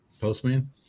Postman